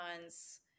months